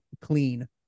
clean